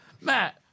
Matt